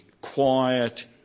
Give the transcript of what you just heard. quiet